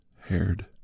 Haired